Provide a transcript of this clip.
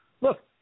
look